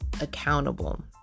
accountable